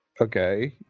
Okay